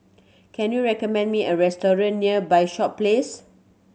can you recommend me a restaurant near by shop Place